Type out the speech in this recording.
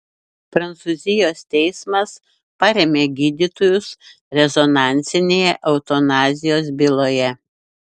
prancūzijos teismas parėmė gydytojus rezonansinėje eutanazijos byloje